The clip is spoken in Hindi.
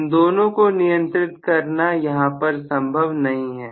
इन दोनों को नियंत्रित करना यहां पर संभव नहीं है